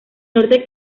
norte